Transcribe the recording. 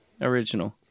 original